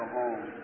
home